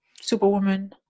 superwoman